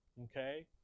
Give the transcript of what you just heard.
Okay